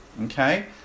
Okay